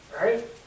Right